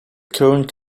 current